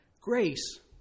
grace